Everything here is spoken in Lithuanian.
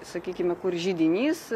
sakykime kur židinys